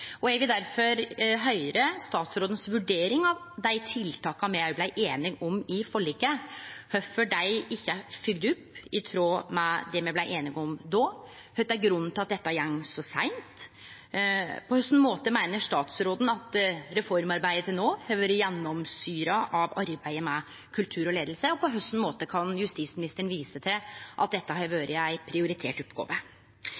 Eg vil difor høyre vurderinga til statsråden av kvifor dei tiltaka me blei einige om i forliket, ikkje er følgde opp i tråd med det me blei einige om då. Kva er grunnen til at dette går så seint? På kva måte meiner statsråden at reformarbeidet til no har vore gjennomsyra av arbeidet med kultur og leiing? Og på kva måte kan justisministeren vise til at dette har